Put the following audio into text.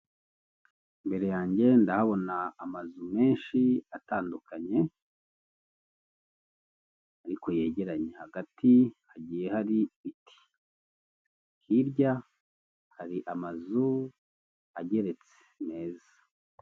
Imbere yanjye ndabona amazu menshi atandukanye ariko yegeranya hagati hagiye hari ibiti, hirya hari amazu ageretse meza.